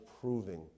proving